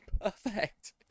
Perfect